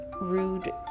rude